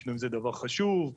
שינויים זה דבר חשוב,